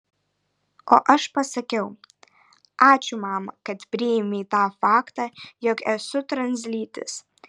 o aš pasakiau ačiū mama kad priėmei tą faktą jog esu translytis